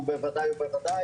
ובוודאי,